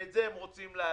את זה הם רוצים לעצור,